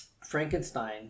frankenstein